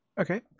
Okay